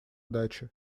дачи